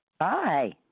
Hi